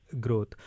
growth